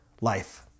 Life